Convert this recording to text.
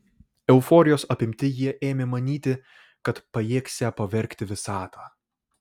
euforijos apimti jie ėmė manyti kad pajėgsią pavergti visatą